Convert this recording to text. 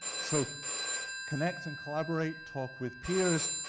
so connect and collaborate, talk with peers,